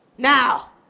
Now